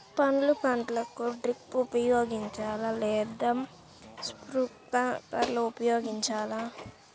పండ్ల పంటలకు డ్రిప్ ఉపయోగించాలా లేదా స్ప్రింక్లర్ ఉపయోగించాలా?